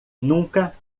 nunca